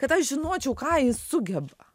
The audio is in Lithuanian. kad aš žinočiau ką jis sugeba